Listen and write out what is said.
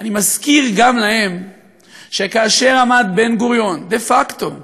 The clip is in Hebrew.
אני מזכיר גם להם שכאשר עמד בן-גוריון, דה-פקטו,